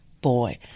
boy